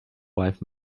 wife